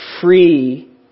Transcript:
free